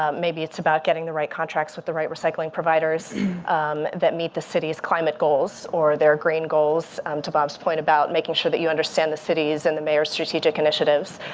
um maybe it's about getting the right contracts with the right recycling providers that meet the city's climate goals. or their grain goals to bob's point about making sure that you understand the city's and the mayor's strategic initiatives.